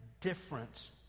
difference